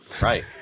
Right